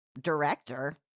director